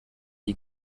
die